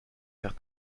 faire